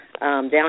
down